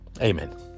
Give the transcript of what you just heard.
Amen